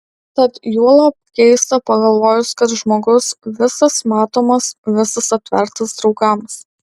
tad juolab keista pagalvojus kad žmogus visas matomas visas atvertas draugams